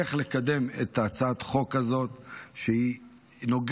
איך לקדם את הצעת החוק הזאת שנוגעת